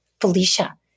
Felicia